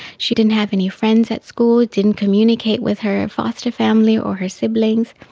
she didn't have any friends at school, didn't communicate with her foster family or her siblings.